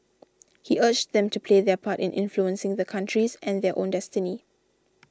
he urged them to play their part in influencing the country's and their own destiny